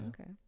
Okay